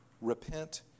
repent